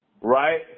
right